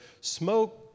smoke